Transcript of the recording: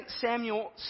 Samuel